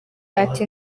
ati